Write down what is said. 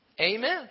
Amen